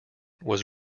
was